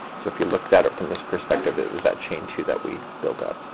so if you looked at it from this perspective it is that chain two that we build up.